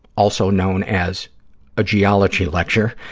also known as a geology lecture,